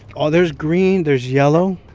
oh, there's green. there's yellow.